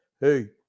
Hey